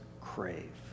crave